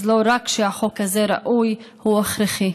אז לא רק שהחוק הזה ראוי, הוא הכרחי.